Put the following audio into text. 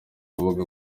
rubuga